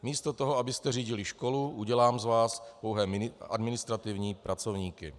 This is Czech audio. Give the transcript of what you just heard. Místo toho, abyste řídili školu, udělám z vás pouhé administrativní pracovníky.